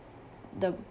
the